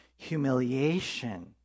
humiliation